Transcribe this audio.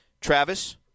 Travis